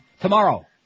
Tomorrow